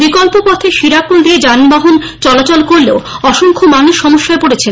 বিকল্প পথে শিরাকোল দিয়ে যানবাহন চলাচল করলেও অসংখ্য মানুষ সমস্যায় পড়েছেন